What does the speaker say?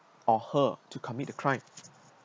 or her to commit the crime